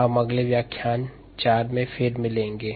हम अगले व्याख्यान 4 में मिलेंगे